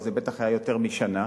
אז זה בטח היה יותר משנה.